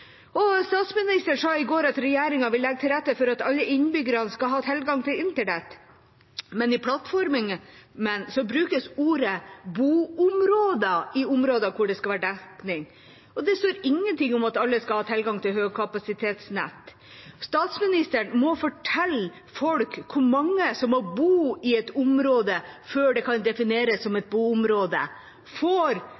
nok. Statsministeren sa i går at regjeringa vil legge til rette for at alle innbyggerne skal ha tilgang til internett, men i regjeringsplattformen brukes ordet «boområder» for områder hvor det skal være dekning. Og det står ingenting om at alle skal ha tilgang til høykapasitetsnett. Statsministeren må fortelle folk hvor mange som må bo i et område før det kan defineres som